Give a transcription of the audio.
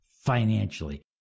financially